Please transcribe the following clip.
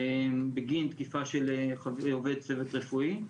בגין תקיפה של עובד צוות רפואי,